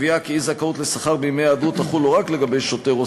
קביעה כי אי-זכאות לשכר בימי היעדרות תחול לא רק לגבי שוטר או